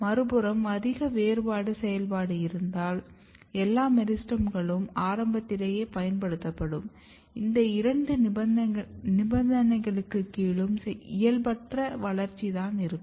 மறுபுறம் அதிக வேறுபாடு செயல்பாடு இருந்தால் எல்லா மெரிஸ்டெம்களும் ஆரம்பத்திலேயே பயன்படுத்தப்படும் இந்த இரண்டு நிபந்தனைகளின் கீழும் இயல்பற்ற வளர்ச்சி தான் இருக்கும்